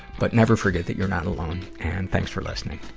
but never forget that you're not alone. and thanks for listening.